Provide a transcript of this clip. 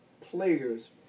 players